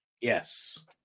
Yes